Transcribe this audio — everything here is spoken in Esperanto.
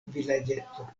vilaĝeto